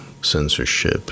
censorship